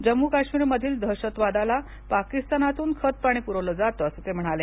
जम्मू काश्मीर मधील दहशतवादाला पाकिस्तानातून खतपाणी पुरवलं जातं असं ते म्हणाले